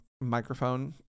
microphone